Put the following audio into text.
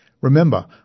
Remember